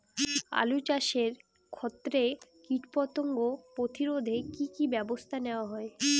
আলু চাষের ক্ষত্রে কীটপতঙ্গ প্রতিরোধে কি কী ব্যবস্থা নেওয়া হয়?